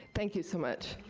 thank you so much.